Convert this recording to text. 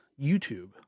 YouTube